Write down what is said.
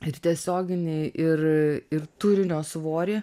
ir tiesioginį ir ir turinio svorį